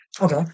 Okay